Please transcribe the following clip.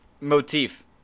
Motif